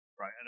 Right